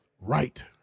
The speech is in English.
Right